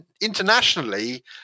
Internationally